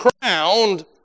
crowned